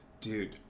Dude